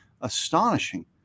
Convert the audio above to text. astonishing